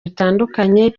bitandukanye